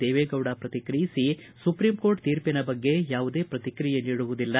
ದೇವೇಗೌಡ ಪ್ರತಿಕ್ರಿಯಿಸಿ supreme court ತೀರ್ಪಿನ ಬಗ್ಗೆ ಯಾವುದೇ ಪ್ರತಿಕ್ರಿಯೆ ನೀಡುವುದಿಲ್ಲ